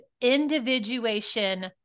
individuation